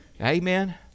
Amen